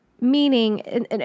meaning